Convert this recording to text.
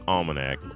Almanac